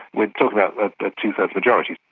we're talking about like a two-thirds majority,